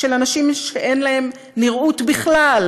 של אנשים שאין להם נראות בכלל,